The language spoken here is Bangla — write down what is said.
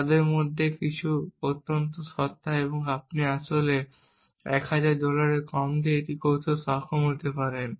তাদের মধ্যে কিছু অত্যন্ত সস্তা এবং আপনি আসলে 1000 ডলারের কম দিয়ে এটি করতে সক্ষম হতে পারেন